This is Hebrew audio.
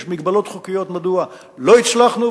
יש מגבלות חוקיות מדוע לא הצלחנו,